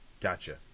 Gotcha